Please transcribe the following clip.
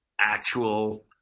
actual